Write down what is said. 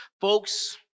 Folks